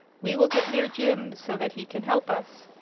we will get near jim, so that he can help us,